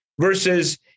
versus